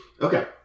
Okay